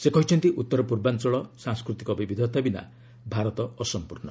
ସେ କହିଛନ୍ତି ଉତ୍ତର ପୂର୍ବାଞ୍ଚଳର ସାଂସ୍କୃତିକ ବିବିଧତା ବିନା ଭାରତ ଅସମ୍ପର୍ଣ୍ଣ